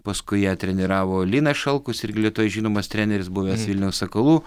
paskui ją treniravo linas šalkus irgi lietuvoje žinomas treneris buvęs vilniaus sakalų